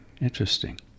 Interesting